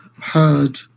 heard